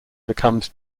becomes